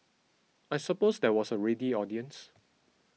I suppose there was a ready audience